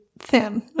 thin